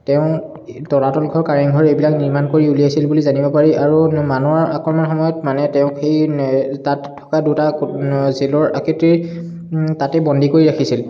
তেওঁ তলাতল ঘৰ কাৰেং ঘৰ এইবিলাক নিৰ্মাণ কৰি উলিয়াইছিল বুলি জানিব পাৰি আৰু মানৰ আক্ৰমণৰ সময়ত মানে তেওঁক সেই তাত থকা দুটা জেলৰ আকৃতিৰ তাতে বন্দী কৰি ৰাখিছিল